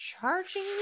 charging